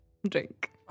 Drink